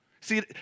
See